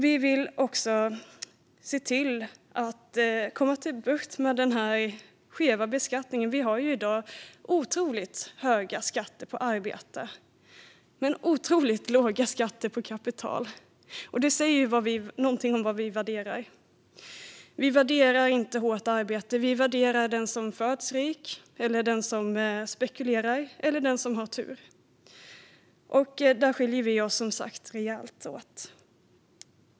Vi vill se till att få bukt med den skeva beskattningen. Vi har i dag otroligt höga skatter på arbete men otroligt låga skatter på kapital. Det säger någonting om vad man värderar. Man värderar inte hårt arbete. Man värderar den som föds rik, den som spekulerar eller den som har tur. Där skiljer vi oss rejält åt.